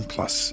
Plus